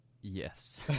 Yes